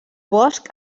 bosc